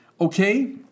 Okay